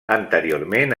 anteriorment